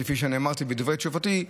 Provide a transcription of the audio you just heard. כפי שאמרתי בדברי תשובתי,